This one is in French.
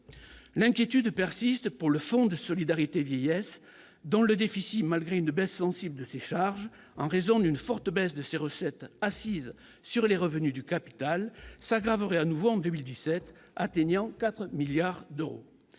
l'inquiétude persiste pour le Fonds de solidarité vieillesse dont le déficit malgré une baisse sensible de ses charges en raison d'une forte baisse de ses recettes, assises sur les revenus du capital s'aggraverait à nouveau en 2017 atteignant 4 milliards d'euros